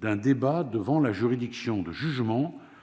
d'un débat devant la juridiction de jugement